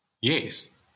Yes